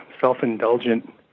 self-indulgent